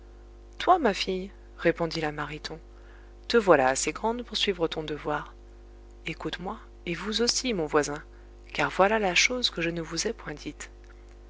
toi ma fille répondit la mariton te voilà assez grande pour suivre ton devoir écoute-moi et vous aussi mon voisin car voilà la chose que je ne vous ai point dite